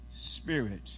Spirit